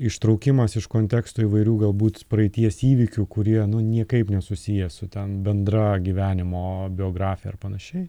ištraukimas iš konteksto įvairių galbūt praeities įvykių kurie niekaip nesusiję su ten bendra gyvenimo biografija ar panašiai